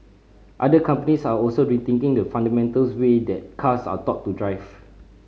other companies are also rethinking the fundamentals way that cars are taught to drive